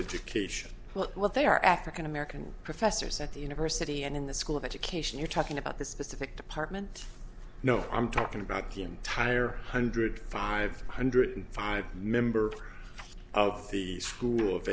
education what they are african american professors at the university and in the school of education you're talking about the specific department no i'm talking about the entire hundred five hundred five member of the school of